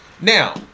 Now